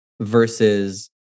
versus